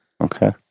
Okay